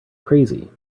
crazy